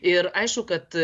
ir aišku kad